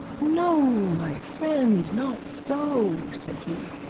no, my friend not so said he.